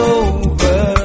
over